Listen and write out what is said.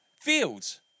fields